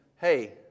hey